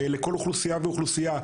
לכל אוכלוסייה ואוכלוסייה,